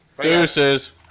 Deuces